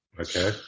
Okay